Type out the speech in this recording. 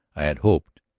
i had hoped,